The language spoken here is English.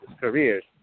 careers